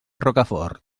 rocafort